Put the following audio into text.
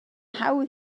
hawdd